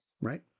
right